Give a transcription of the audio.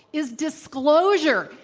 is disclosure,